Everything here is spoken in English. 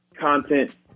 content